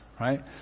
right